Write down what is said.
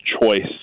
choice